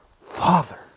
Father